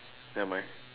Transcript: nevermind